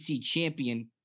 champion